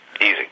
Easy